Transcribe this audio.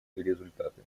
результаты